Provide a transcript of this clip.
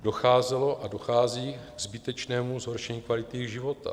Docházelo a dochází ke zbytečnému zhoršení kvality jejich života.